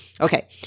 Okay